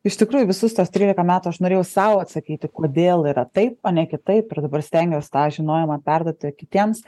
iš tikrųjų visus tuos trylika metų aš norėjau sau atsakyti kodėl yra taip o ne kitaip ir dabar stengiuos tą žinojimą perduoti kitiems